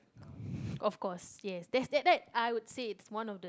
of course yes that's that that I would say it's one of the